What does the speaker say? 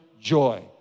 joy